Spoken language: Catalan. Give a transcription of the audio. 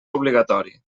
obligatori